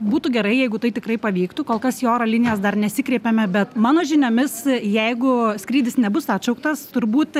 būtų gerai jeigu tai tikrai pavyktų kol kas į oro linijos dar nesikreipėme bet mano žiniomis jeigu skrydis nebus atšauktas turbūt